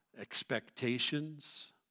Expectations